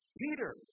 Peter